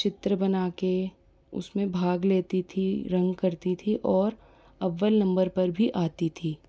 चित्र बना कर उसमें भाग लेती थी रंग करती थी और अव्वल नंबर पर भी आती थी